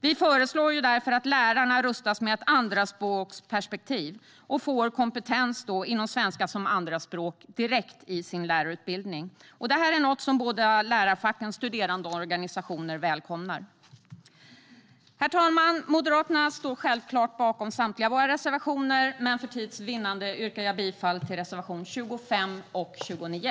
Vi föreslår därför att lärarna rustas med ett andraspråksperspektiv och får kompetens inom svenska som andraspråk direkt i sin lärarutbildning. Detta är något som båda lärarfacken och studerandeorganisationerna välkomnar. Herr talman! Moderaterna står självklart bakom samtliga sina reservationer, men för tids vinnande yrkar jag bifall endast till reservationerna 25 och 29.